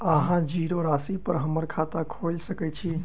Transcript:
अहाँ जीरो राशि पर हम्मर खाता खोइल सकै छी?